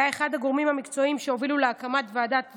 היה אחד הגורמים המקצועיים שהובילו להקמת ועדת זיילר,